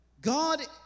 God